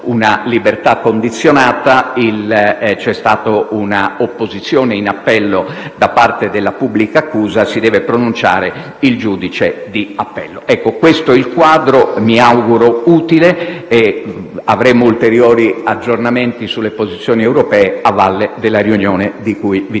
una libertà condizionata, c'è stata un'opposizione in appello da parte della pubblica accusa e ora si deve pronunciare il giudice di appello. Questo è il quadro, mi auguro utile. Avremo ulteriori aggiornamenti sulle posizioni europee a valle della riunione di cui vi